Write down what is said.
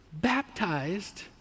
baptized